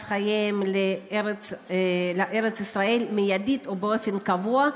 חייהם לארץ ישראל מיידית ובאופן קבוע?